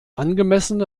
angemessene